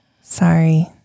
Sorry